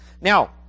Now